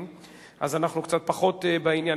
שאני אומר שלפעמים,